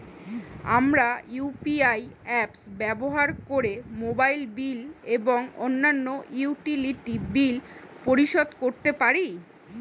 আমরা UPI apps ব্যবহার করে মোবাইল বিল এবং অন্যান্য ইউটিলিটি বিল পরিশোধ করতে পারি